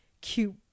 cute